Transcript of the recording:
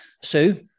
Sue